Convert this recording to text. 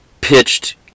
pitched